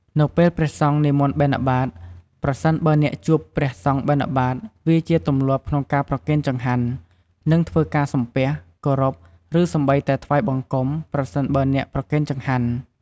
នៅពេលព្រះសង្ឃនិមន្តបិណ្ឌបាត្រ ប្រសិនបើអ្នកជួបព្រះសង្ឃបិណ្ឌបាត្រ វាជាទម្លាប់ក្នុងការប្រគេនចង្ហាន់ និងធ្វើការ សំពះ គោរព ឬសូម្បីតែ ថ្វាយបង្គំ ប្រសិនបើអ្នកប្រគេនចង្ហាន់។